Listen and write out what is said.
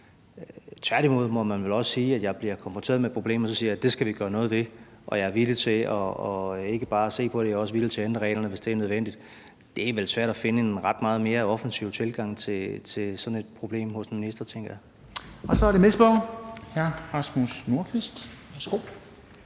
Tværtimod må man vel sige, at når jeg bliver konfronteret med problemet, siger jeg, at det skal vi gøre noget ved. Og jeg er villig til ikke bare at se på det, men også at ændre reglerne, hvis det er nødvendigt. Det er vel svært at finde en ret meget mere offensiv tilgang til sådan et problem hos en minister, tænker jeg. Kl. 13:38 Formanden (Henrik Dam Kristensen):